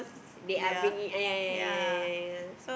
they are bringing ah ya ya ya ya ya